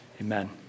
Amen